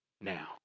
now